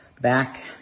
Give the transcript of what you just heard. back